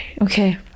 Okay